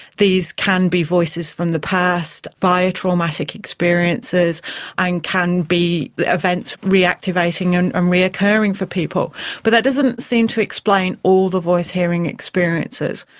these can be voices from the past via traumatic experiences and can be events reactivating and um re-occurring for people. but that doesn't seem to explain all the voice-hearing experiences.